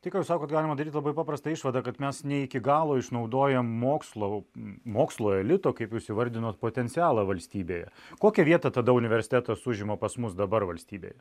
tai ką jūs sakot galima daryti labai paprastą išvadą kad mes ne iki galo išnaudojam mokslo mokslo elito kaip jūs įvardinot potencialą valstybėje kokią vietą tada universitetas užima pas mus dabar valstybėje